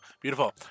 Beautiful